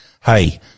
hey